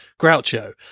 Groucho